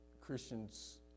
Christians